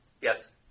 Yes